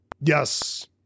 Yes